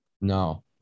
No